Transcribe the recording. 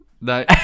No